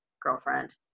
girlfriend